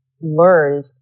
learned